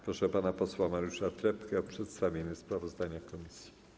Proszę pana posła Mariusza Trepkę o przedstawienie sprawozdania komisji.